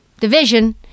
division